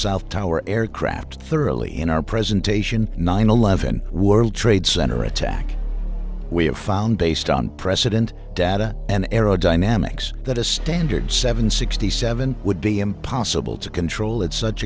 south tower aircraft thoroughly in our presentation nine eleven world trade center attack we have found based on precedent data and aerodynamics that a standard seven sixty seven would be impossible to control at such